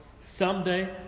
someday